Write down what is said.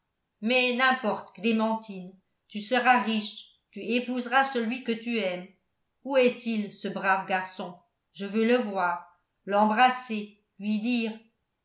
mais n'importe clémentine tu seras riche tu épouseras celui que tu aimes où est-il ce brave garçon je veux le voir l'embrasser lui dire